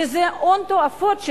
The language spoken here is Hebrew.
וזה הון תועפות,